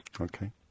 Okay